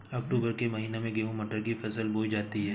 अक्टूबर के महीना में गेहूँ मटर की फसल बोई जाती है